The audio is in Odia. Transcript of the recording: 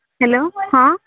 ହେଲୋ ହଁ